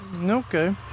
Okay